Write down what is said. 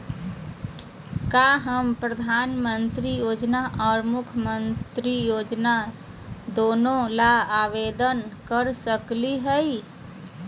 का हम प्रधानमंत्री योजना और मुख्यमंत्री योजना दोनों ला आवेदन कर सकली हई?